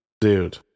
Dude